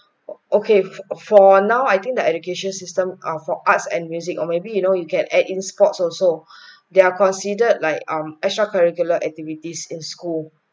okay fo~ for now I think the education system err for arts and music or maybe you know you get add in scouts also there are considered like um extra curricular activities in school